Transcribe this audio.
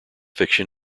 fiction